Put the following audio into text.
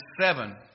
seven